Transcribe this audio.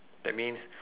that means